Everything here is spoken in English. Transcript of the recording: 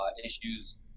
issues